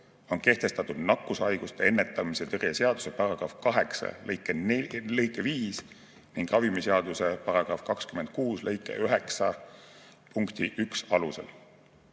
on kehtestatud nakkushaiguste ennetamise ja tõrje seaduse § 8 lõike 5 ning ravimiseaduse § 26 lõike 9 punkti 1 alusel.